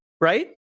Right